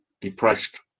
depressed